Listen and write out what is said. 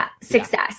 success